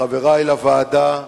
מחברי לוועדה,